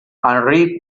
henri